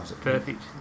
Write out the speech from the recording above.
Perfect